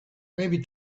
maybe